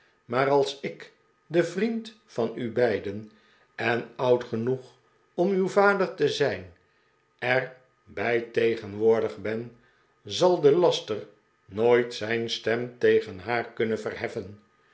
maar als ik de vriend van ubeiden en oud genoeg om uw vader te zijn er bij tegenwoordig ben zal de laster nooit zijn stem tegen haar kunnen verheffen